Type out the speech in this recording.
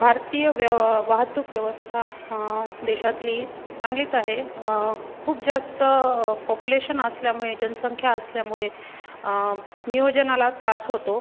भारतीय व्यव वाहतूक व्यवस्था देशातली चांगलीच आहे खूप जास्त पॉप्युलेशन असल्यामुळे जनसंख्या असल्यामुळे नियोजनाला त्रास होतो